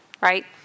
right